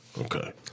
Okay